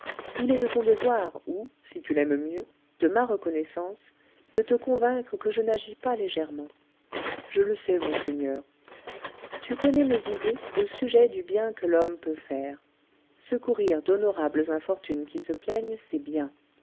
il est de ton devoir ou si tu l'aimes mieux de ma reconnaissance de te convaincre que je n'agis pas légèrement je le sais monseigneur tu connais mes idées au sujet du bien que l'homme peut faire secourir d'honorables infortunes qui se plaignent c'est bien